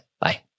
Bye